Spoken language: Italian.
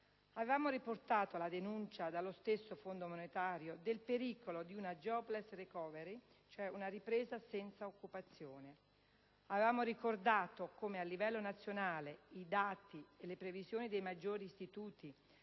Avevamo riportato la denuncia dello stesso Fondo monetario del pericolo di una *jobless recovery*, cioè di una ripresa senza occupazione. Avevamo ricordato come a livello nazionale i dati e le previsioni dei maggiori istituti